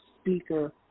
speaker